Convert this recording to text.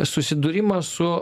susidūrimas su